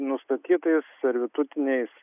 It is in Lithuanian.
nustatytais servitutiniais